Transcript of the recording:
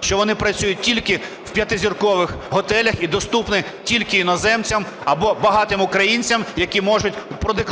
що вони працюють тільки в п'ятизіркових готелях і доступні тільки іноземцям, або багатим українцям, які можуть